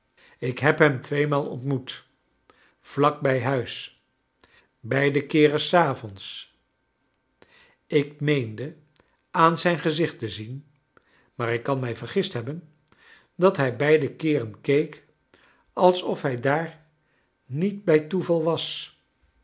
ik heb hem tweemaal ontmoet vlak bij huis beide keeren s avonds ik meende aan zijn gezicht te zien maar ik kan mij vergist hebben dat hij beide keeren keek alsof hij daar niet bij toeval was